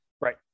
Right